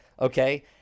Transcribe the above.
okay